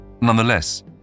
Nonetheless